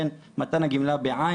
בין מתן הגמלה ב- "ע",